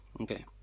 okay